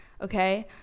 okay